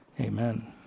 amen